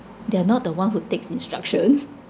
they are not the one who takes instructions